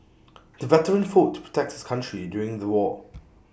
the veteran fought to protect his country during the war